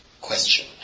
question